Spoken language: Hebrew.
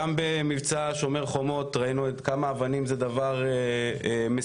גם במבצע "שומר חומות" ראינו כמה אבנים זה דבר מסוכן,